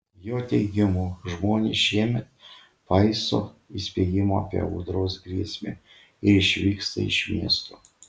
jo teigimu žmonės šiemet paiso įspėjimų apie audros grėsmę ir išvyksta iš miesto